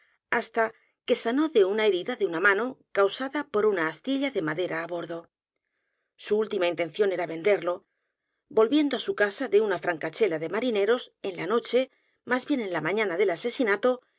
hasta que sanó de una herida los crímenes de la calle morgue en una mano causada por una astilla de madera á bordo su última intención era venderlo volviendo á su casa de una francachela de marineros en la noche más bien en la mañana del asesinato